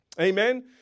Amen